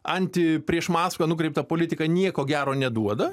anti prieš maskvą nukreipta politika nieko gero neduoda